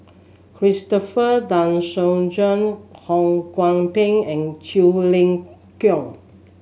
Christopher De Souza Ho Kwon Ping and Quek Ling Kiong